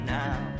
now